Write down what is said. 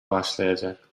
başlayacak